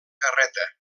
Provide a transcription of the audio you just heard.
garreta